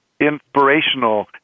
inspirational